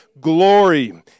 glory